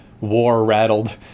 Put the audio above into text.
war-rattled